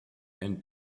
and